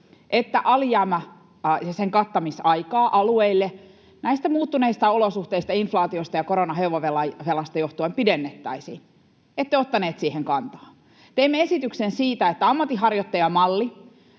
alijäämän kattamisaikaa alueille johtuen näistä muuttuneista olosuhteista, inflaatiosta ja koronan hoivavelasta, niin ette ottanut siihen kantaa. Teimme esityksen siitä, että ammatinharjoittajamallia